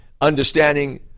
understanding